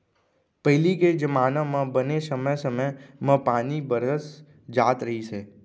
पहिली के जमाना म बने समे समे म पानी बरस जात रहिस हे